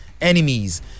enemies